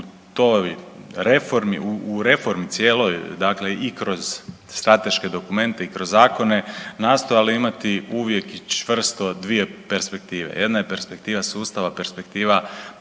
u reformi cijeloj i kroz strateške dokumente i kroz zakone nastojali imati uvijek čvrsto dvije perspektive. Jedna je perspektiva sustava, perspektiva